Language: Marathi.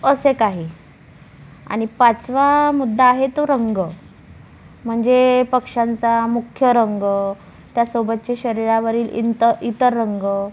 असे काही आणि पाचवा मुद्दा आहे तो रंग म्हणजे पक्ष्यांचा मुख्य रंग त्यासोबतचे शरीरावरील इंत इतर रंग